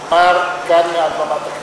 אמר גם מעל במת הכנסת: